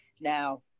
Now